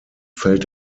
fällt